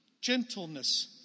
gentleness